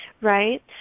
Right